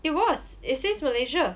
it was it says malaysia